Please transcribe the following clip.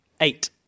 Eight